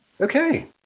Okay